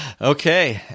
Okay